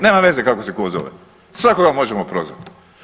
Nema veze kako se tko zove, svakoga možemo prozvati.